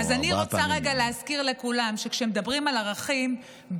אז אני רוצה רגע להזכיר לכולם שכשמדברים על ערכים,